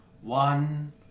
one